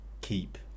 keep